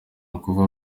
ukuvuga